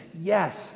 Yes